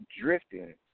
drifting